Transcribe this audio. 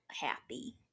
happy